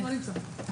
אפשר להעביר לשקף הבא?